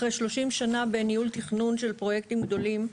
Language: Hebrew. אחרי שלושים שנה בניהול תנון של פרויקטים גדולים,